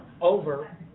over